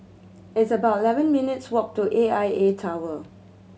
it's about eleven minutes' walk to A I A Tower